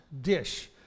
dish